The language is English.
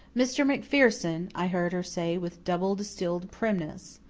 mr. macpherson, i heard her say with double-distilled primness,